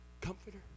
comforter